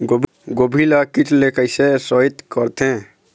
गोभी ल कीट ले कैसे सइत करथे?